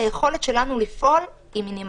היכולת שלנו לפעול היא מינימלית.